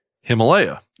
Himalaya